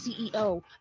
CEO